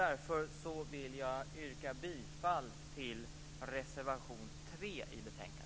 Därför vill jag yrka bifall till reservation 3 i betänkandet.